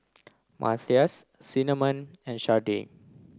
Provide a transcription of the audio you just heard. Matthias Cinnamon and Sharday